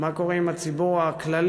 מה קורה עם הציבור הכללי,